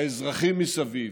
האזרחים מסביב,